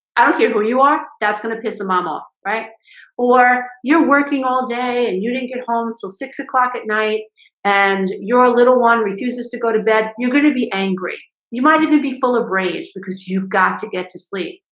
i don't care who you are that's gonna piss a mom off right or you're working all day and you didn't get home till six o'clock at night and your little one refuses to go to bed. you're going to be angry you might even be full of rage because you've got to get to sleep,